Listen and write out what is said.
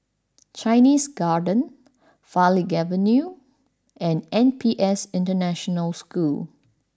Chinese Garden Farleigh Avenue and N P S International School